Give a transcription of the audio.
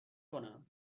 کنم